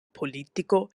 politiko